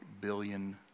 billion